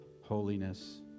holiness